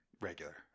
Regular